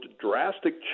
drastic